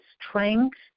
strength